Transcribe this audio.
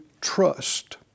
trust